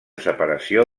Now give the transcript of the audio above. separació